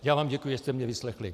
Já vám děkuji, že jste mě vyslechli.